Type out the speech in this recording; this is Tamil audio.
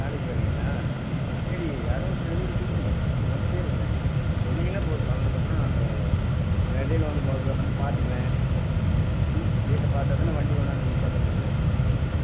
நாளைக்கு வர்றீங்களா சரி யாராக ஒருத்தர் இது பண்ணி சொல்லுங்கள் வந்துகிட்டே இருக்கிறேன் நீங்கள் சொன்னீங்கன்னா போதும் சொன்னதுக்கு அப்புறம் நாங்கள் இடையில வந்து முதல்ல வந்து பார்த்துக்குறேன் ம் வீட்டைப் பார்த்தாத்தான வண்டி கொண்டாந்து நிப்பாட்ட முடியும் ம்